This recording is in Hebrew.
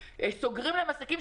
סוגרים להם עסקים,